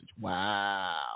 Wow